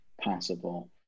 possible